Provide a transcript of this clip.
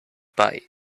bye